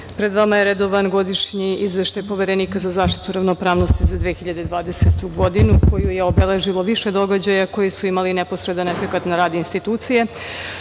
pred vama je redovan Godišnji izveštaj Poverenika za zaštitu ravnopravnosti za 2020. godinu, koju je obeležilo više dobrih događaja koji su imali neposredan efekat na rad institucije. Pre